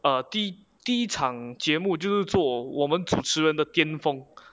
err 第第一场节目就是做我们主持人的巅峰